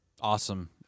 awesome